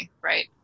right